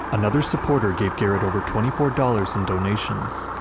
another supporter gave garrett over twenty four dollars in donations.